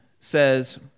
says